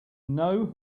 know